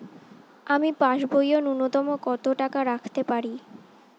আমি পাসবইয়ে ন্যূনতম কত টাকা রাখতে পারি?